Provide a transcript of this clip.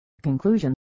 conclusion